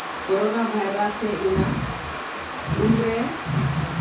corona virus ᱦᱮᱡ ᱞᱮᱱᱟ ᱩᱱᱨᱮ